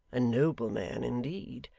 a nobleman indeed!